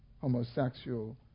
homosexual